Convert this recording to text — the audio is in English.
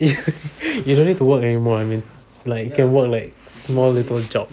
you don't need to work anymore I mean like you can work like small little jobs